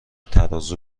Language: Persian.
ترازو